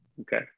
okay